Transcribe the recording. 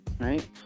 right